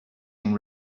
and